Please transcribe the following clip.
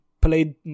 played